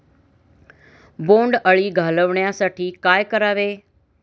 बोंडअळी घालवण्यासाठी काय करावे?